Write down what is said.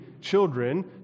children